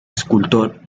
escultor